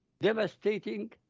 Devastating